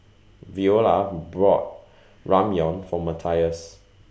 Veola brought Ramyeon For Matias